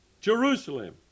Jerusalem